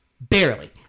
Barely